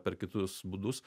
per kitus būdus